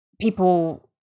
people